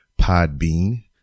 Podbean